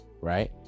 right